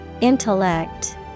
Intellect